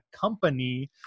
company